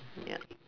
ya